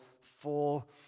full